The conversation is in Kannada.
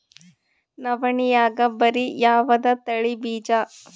ನವಣಿಯಾಗ ಭಾರಿ ಯಾವದ ತಳಿ ಬೀಜ?